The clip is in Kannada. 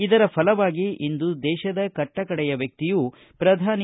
ಇದರ ಫಲವಾಗಿ ಇಂದು ದೇಶದ ಕಟ್ಟ ಕಡೆಯ ವ್ಲಕ್ತಿಯೂ ಪ್ರಧಾನಿ